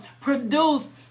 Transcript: produced